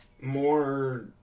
more